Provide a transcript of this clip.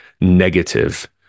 negative